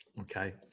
Okay